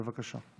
בבקשה.